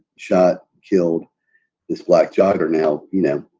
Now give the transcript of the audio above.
shot, killed this black jogger now? you know,